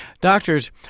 Doctors